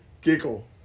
Giggle